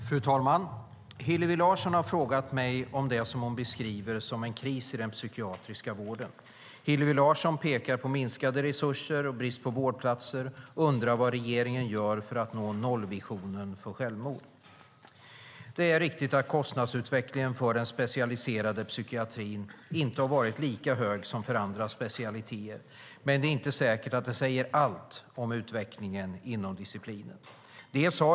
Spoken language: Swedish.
Fru talman! Hillevi Larsson har frågat mig om det som hon beskriver som en kris i den psykiatriska vården. Hillevi Larsson pekar på minskade resurser och brist på vårdplatser och undrar vad regeringen gör för att nå nollvisionen för självmord. Det är riktigt att kostnadsutvecklingen för den specialiserade psykiatrin inte har varit lika hög som för andra specialiteter, men det är inte säkert att det säger allt om utvecklingen inom disciplinen.